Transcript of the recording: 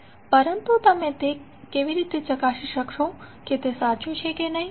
પરંતુ તમે તે કેવી રીતે ચકાસણી કરી શકશો કે તે સાચું છે કે નહીં